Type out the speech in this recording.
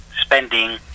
spending